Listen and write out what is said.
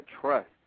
trust